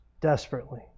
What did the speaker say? Desperately